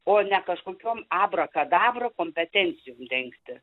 o ne kažkokiom abra kadabra kompetencijom dengti